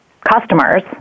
customers